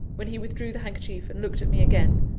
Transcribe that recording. when he withdrew the handkerchief and looked at me again,